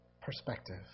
perspective